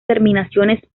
terminaciones